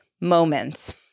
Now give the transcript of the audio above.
moments